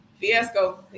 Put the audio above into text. fiasco